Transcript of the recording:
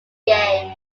game